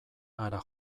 hara